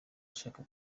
ashaka